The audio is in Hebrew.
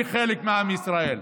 אני חלק מעם ישראל.